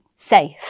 safe